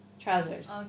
Trousers